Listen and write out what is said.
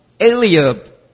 Eliab